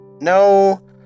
no